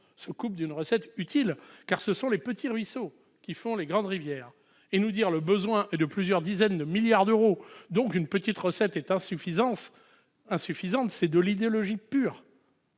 se coupent d'une recette utile, car ce sont les petits ruisseaux qui font les grandes rivières. Et nous dire que « le besoin est de plusieurs dizaines de milliards d'euros, donc une petite recette est insuffisante », c'est de l'idéologie pure